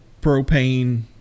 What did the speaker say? propane